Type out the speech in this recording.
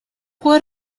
what